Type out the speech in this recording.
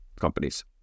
companies